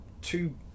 two